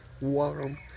warm